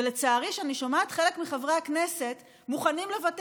ולצערי אני שומעת שחלק מחברי הכנסת מוכנים לוותר